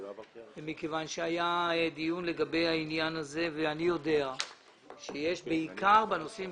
מכיוון שהיה דיון לגבי העניין הזה ואני יודע שיש בעיקר בנושאים